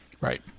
Right